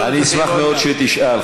אני אשמח מאוד שתשאל,